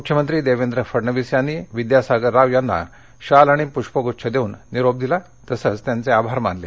मुख्यमंत्री देवेंद्र फडणवीस यांनी विद्यासागर राव यांना शाल आणि पुष्पगुच्छ देऊन निरोप दिला तसेच त्यांचे आभार मानले